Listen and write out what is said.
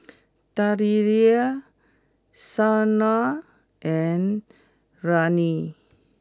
Dellia Shanna and Ryne